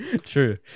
True